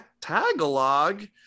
Tagalog